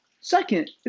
Second